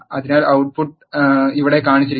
അതിനാൽ output ട്ട് പുട്ട് ഇവിടെ കാണിച്ചിരിക്കുന്നു